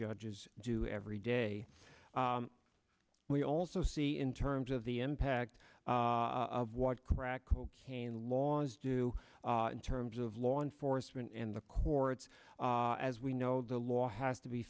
judges do every day we also see in terms of the impact of what crack cocaine laws do in terms of law enforcement and the courts as we know the law has to be